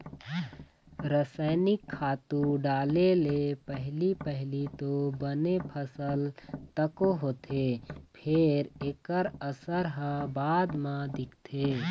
रसइनिक खातू डाले ले पहिली पहिली तो बने फसल तको होथे फेर एखर असर ह बाद म दिखथे